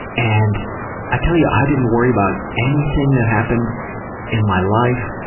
and i tell you, i didn't worry about anything that happened in my life.